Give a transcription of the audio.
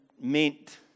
meant